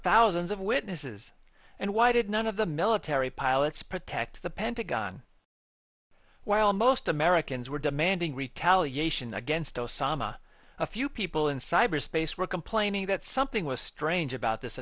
thousands of witnesses and why did none of the military pilots protect the pentagon while most americans were demanding retaliation against osama a few people in cyberspace were complaining that something was strange about this